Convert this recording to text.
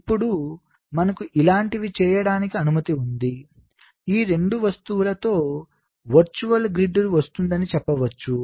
ఇప్పుడు మనకు ఇలాంటివి చేయటానికి అనుమతి ఉంది ఈ 2 వస్తువులతో వర్చువల్ గ్రిడ్ వస్తోందని చెప్పవచ్చు